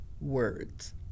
words